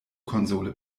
konsole